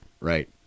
Right